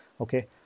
okay